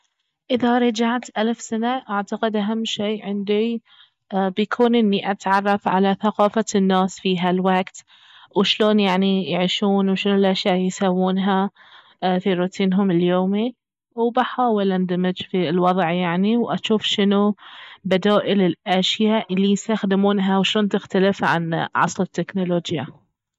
اذا رجعت الف سنة اعتقد اهم شي عندي بيكون اني اتعرف على ثقافة الناس في هالوقت وشلون يعني يعيشون وشنو الاشياء الي يسوونها في روتينهم اليومي وبحاول اندمج في الوضع يعني واجوف شنو بدائل الاشياء الي يستخدمونها وشلون تختلف عن عصر التكنولوجيا